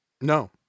no